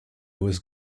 was